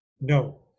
no